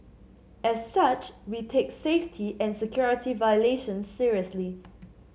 as such we take safety and security violations seriously